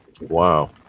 Wow